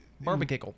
Barbecue